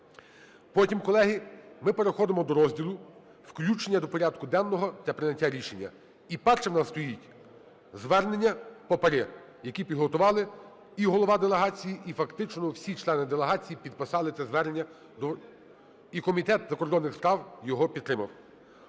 Потім, колеги, ми переходимо до розділу "Включення до порядку денного та прийняття рішення". І першим у нас стоїть звернення по ПАРЄ, які підготували і голова делегації, і, фактично, всі члени делегації підписали це звернення до… І Комітет закордонних справ його підтримав.